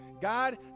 God